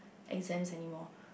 exams anymore